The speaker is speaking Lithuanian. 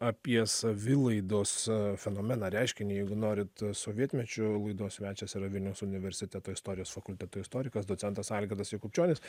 apie savilaidos fenomeną reiškinį jeigu norit sovietmečiu laidos svečias yra vilniaus universiteto istorijos fakulteto istorikas docentas algirdas jakubčionis